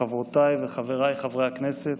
חברותיי וחבריי חברי הכנסת,